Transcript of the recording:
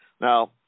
Now